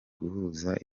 guhuza